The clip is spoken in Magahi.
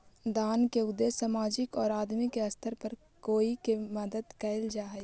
दान के उद्देश्य सामाजिक औउर आदमी के स्तर पर कोई के मदद कईल जा हई